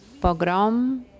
pogrom